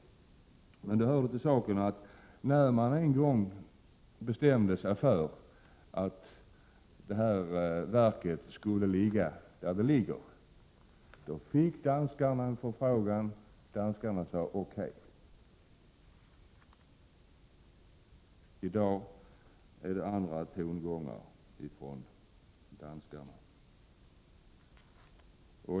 Nu hör det emellertid till saken att när man en gång bestämde sig för att detta verk skulle ligga där det ligger fick danskarna en förfrågan, och de sade okej. I dag är det andra tongångar från danskarna.